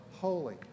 holy